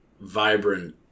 vibrant